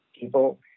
people